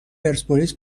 پرسپولیس